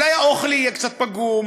אולי האוכל יהיה קצת פגום,